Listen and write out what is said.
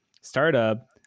startup